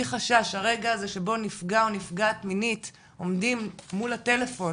נרגע הזה שבו נפגע או נפגעת מינית עומדים מול הטלפון